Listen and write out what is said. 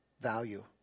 value